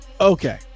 okay